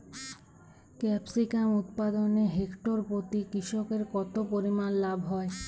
Capsicum উৎপাদনে hectare প্রতি কৃষকের কত পরিমান লাভ হয়?